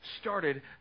started